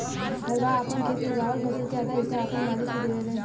हरवाह आपन खेत मे उगावल फसल के आधा हिस्सा आपन मालिक के देवेले